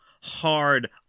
hard